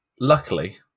luckily